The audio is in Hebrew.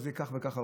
כך וכך הרוגים.